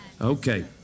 Okay